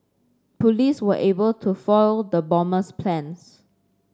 police were able to foil the bomber's plans